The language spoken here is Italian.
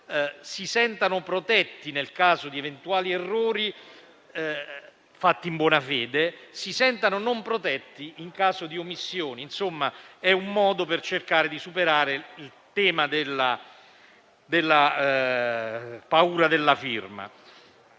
si sentano protetti nel caso di eventuali errori fatti in buona fede, ma si sentano non protetti in caso di omissioni. In sostanza, è un modo per cercare di superare il tema della paura della firma.